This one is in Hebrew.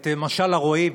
את משל הרועים